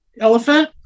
elephant